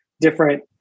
different